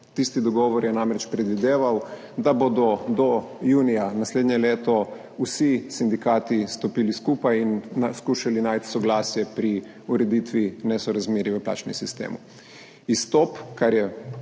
Tisti dogovor je namreč predvideval, da bodo do junija naslednje leto vsi sindikati stopili skupaj in skušali najti soglasje pri ureditvi nesorazmerij v plačnem sistemu.